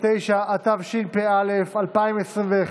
49), התשפ"א 2021,